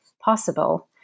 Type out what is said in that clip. possible